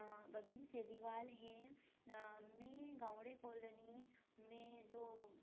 बबली सेदीवाल है मैं गौड़े कॉलोनी में जो